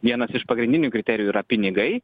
vienas iš pagrindinių kriterijų yra pinigai